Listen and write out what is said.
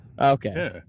Okay